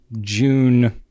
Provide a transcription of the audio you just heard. June